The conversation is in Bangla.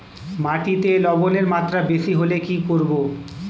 মাটিতে লবণের মাত্রা বেশি হলে কি করব?